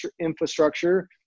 infrastructure